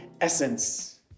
essence